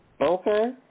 Okay